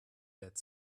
that